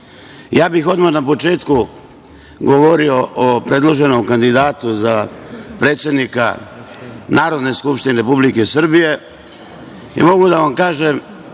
godine. Odmah na početku bih govorio o predloženom kandidatu za predsednika Narodne skupštine Republike Srbije, i mogu da vam kažem